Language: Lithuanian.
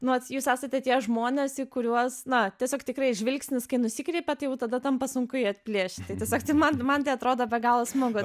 nors jūs esate tie žmonės į kuriuos na tiesiog tikrai žvilgsnis kai nusikreipia jau tada tampa sunku jį atplėšite sagstyti man man tai atrodo be galo smagu